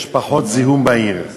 יש פחות זיהום בעיר.